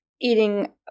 eating